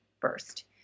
first